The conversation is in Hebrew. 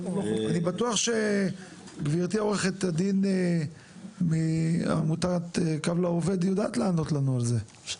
אני בטוח שגברתי עורכת הדין מעמותת קו לעובד יודעת לענות לנו על זה.